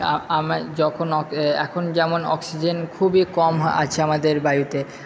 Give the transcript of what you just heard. যখন এখন যেমন অক্সিজেন খুবই কম আছে আমাদের বায়ুতে